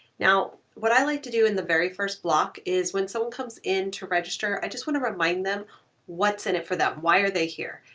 now, what i like to do in the very first block is when so someone comes in to register, i just wanna remind them what's in it for that, why are they here.